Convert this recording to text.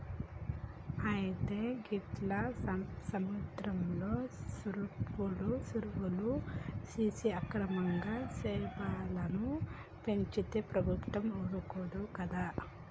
అయితే గీట్ల సముద్రంలో సెరువులు సేసి అక్రమంగా సెపలను పెంచితే ప్రభుత్వం ఊరుకోదు కదా